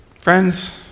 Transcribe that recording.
friends